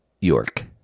York